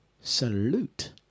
Salute